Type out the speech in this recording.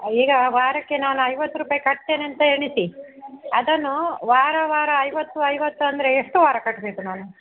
ಈಗ ವಾರಕ್ಕೆ ನಾನು ಐವತ್ತು ರೂಪಾಯಿ ಕಟ್ತೇನೆ ಅಂತ ಎಣಿಸಿ ಅದನ್ನು ವಾರ ವಾರ ಐವತ್ತು ಐವತ್ತು ಅಂದರೆ ಎಷ್ಟು ವಾರ ಕಟ್ಟಬೇಕು ನಾನು